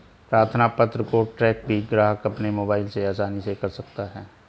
प्रार्थना पत्र को ट्रैक भी ग्राहक अपने मोबाइल से आसानी से कर सकता है